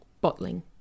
bottling